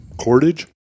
cordage